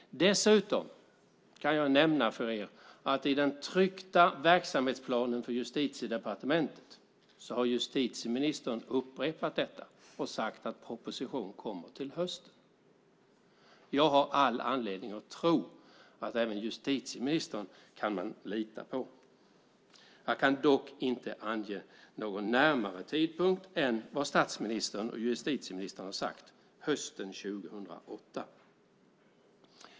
Dessutom kan jag nämna för er att i den tryckta verksamhetsplanen för Justitiedepartementet har justitieministern upprepat detta och sagt att proposition kommer till hösten. Jag har all anledning att tro att man kan lita också på justitieministern. Jag kan dock inte ange någon närmare tidpunkt än vad statsministern och justitieministern har sagt, det vill säga hösten 2008.